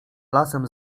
lasem